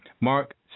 Mark